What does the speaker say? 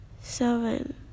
Seven